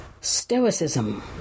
stoicism